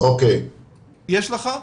יש לך?